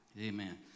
Amen